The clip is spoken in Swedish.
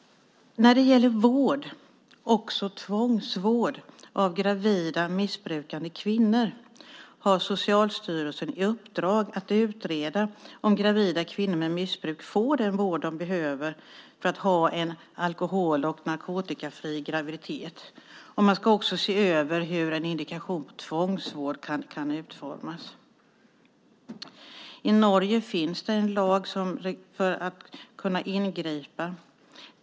När det gäller vård, också tvångsvård, av gravida missbrukande kvinnor har Socialstyrelsen i uppdrag att utreda om gravida kvinnor med missbruk får den vård de behöver för att ha en alkohol och narkotikafri graviditet. Man ska också se över hur en indikation på tvångsvård kan utformas. I Norge finns en sådan här lag som gör det möjligt att ingripa.